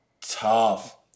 Tough